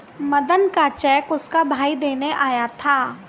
मदन का चेक उसका भाई देने आया था